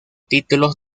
títulos